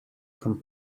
from